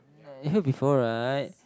you heard before right